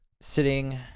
Sitting